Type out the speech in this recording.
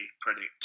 predict